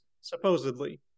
supposedly